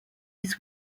his